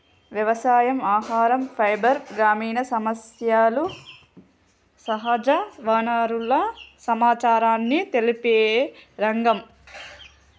వ్యవసాయం, ఆహరం, ఫైబర్, గ్రామీణ సమస్యలు, సహజ వనరుల సమచారాన్ని తెలిపే రంగం